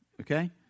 okay